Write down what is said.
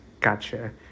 Gotcha